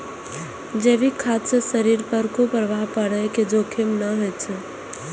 जैविक खाद्य सं शरीर पर कुप्रभाव पड़ै के जोखिम नै होइ छै